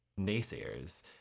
naysayers